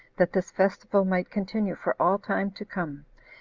that this festival might continue for all time to come,